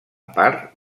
part